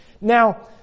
Now